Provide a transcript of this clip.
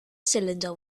cylinder